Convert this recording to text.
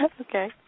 okay